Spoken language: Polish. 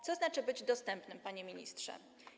Co znaczy być dostępnym, panie ministrze?